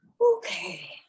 okay